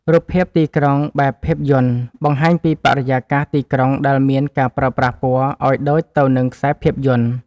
រូបភាពទីក្រុងបែបភាពយន្ត បង្ហាញពីបរិយាកាសទីក្រុងដែលមានការប្រើប្រាស់ពណ៌ ឱ្យដូចទៅនឹងខ្សែភាពយន្ត។